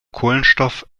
kohlenstoff